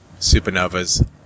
supernovas